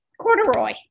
Corduroy